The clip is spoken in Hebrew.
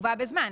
קצובה בזמן,